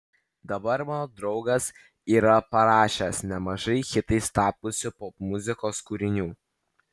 dabar mano draugas yra parašęs nemažai hitais tapusių popmuzikos kūrinių